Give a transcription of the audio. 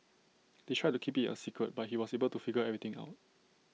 they tried to keep IT A secret but he was able to figure everything out